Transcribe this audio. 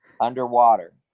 Underwater